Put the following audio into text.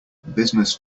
business